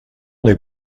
n’est